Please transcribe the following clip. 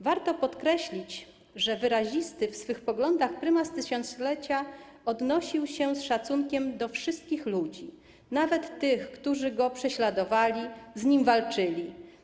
Warto podkreślić, że wyrazisty w swych poglądach Prymas Tysiąclecia odnosił się z szacunkiem do wszystkich ludzi, nawet tych, którzy go prześladowali, z nim walczyli.